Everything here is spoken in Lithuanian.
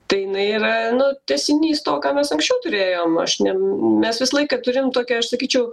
tai jinai yra nu tęsinys to ką mes anksčiau turėjom aš ne mes visą laiką turim tokią aš sakyčiau